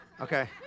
Okay